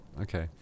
Okay